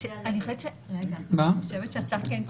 אני חושבת שאתה כן צריך להצביע בעדה.